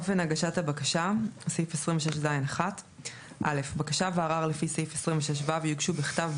אופן הגשת בקשה וערר 26ז1. (א)בקשה וערר לפי סעיף 26ו יוגשו בכתב,